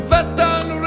Western